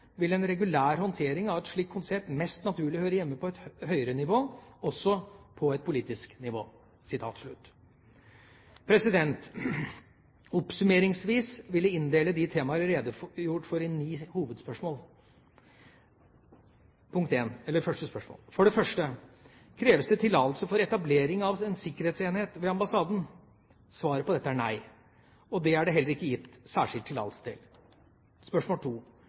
en regulær håndtering av et slikt konsept mest naturlig hørt hjemme på et høyere nivå, og også på politisk nivå.» Oppsummeringsvis vil jeg inndele de temaer jeg har redegjort for, i ni hovedspørsmål. For det første: Kreves det tillatelse for etablering av en sikkerhetsenhet ved ambassaden? Svaret på dette er nei, og det er det heller ikke gitt særskilt